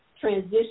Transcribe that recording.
transition